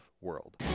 world